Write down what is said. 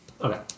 Okay